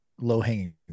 low-hanging